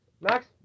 Max